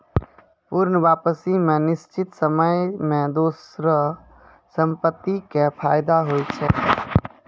पूर्ण वापसी मे निश्चित समय मे दोसरो संपत्ति के फायदा होय छै